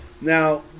Now